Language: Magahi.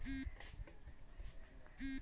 यॉर्कशायर सूअर लार सबसे आम विषय नस्लें छ